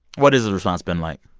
what has the response been like?